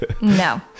No